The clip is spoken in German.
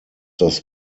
das